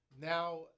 now